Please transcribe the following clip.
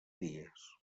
dies